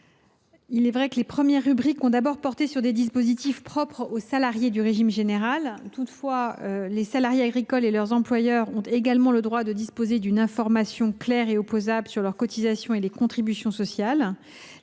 Il est vrai que les premières rubriques ont d’abord porté sur des dispositifs propres aux salariés du régime général. Toutefois, les salariés agricoles et leurs employeurs ont également le droit de disposer d’une information claire et opposable sur leurs cotisations et les contributions sociales.